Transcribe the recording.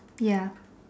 ya